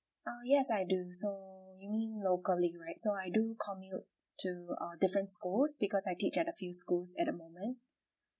oh yes I do so you mean locally right so I do commute to uh different schools because I teach at a few schools at the moment